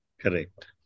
Correct